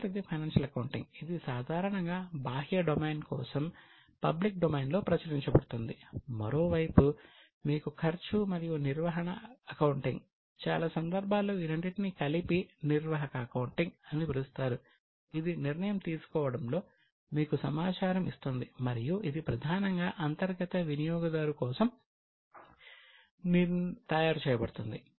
మొదటిది financial accounting ఇది సాధారణంగా బాహ్య డొమైన్ కోసం పబ్లిక్ డొమైన్లో ప్రచురించబడుతుంది మరోవైపు మీకు ఖర్చు మరియు నిర్వహణ అకౌంటింగ్ చాలా సందర్భాల్లో ఈ రెండిటినీ కలిపి నిర్వాహక అకౌంటింగ్ అని పిలుస్తారు ఇది నిర్ణయం తీసుకోవడంలో మీకు సమాచారం ఇస్తుంది మరియు ఇది ప్రధానంగా అంతర్గత వినియోగదారుల కోసం తయారు చేయబడుతుంది